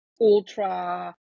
ultra